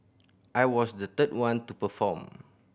I was the third one to perform